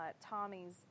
Tommy's